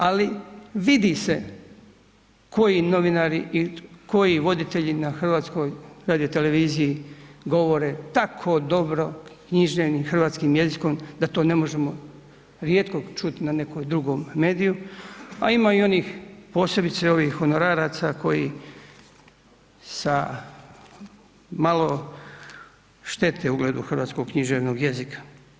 Ali vidi se koji novinari i koji voditelji na HRT-u govore tako dobro književnim hrvatskim jezikom da to ne možemo rijetko čut na nekom drugom mediju a ima i onih posebice ovih honoraraca koji sa malo štete ugledu hrvatskog književnog jezika.